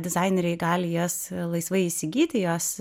dizaineriai gali jas laisvai įsigyti jos